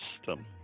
system